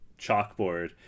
chalkboard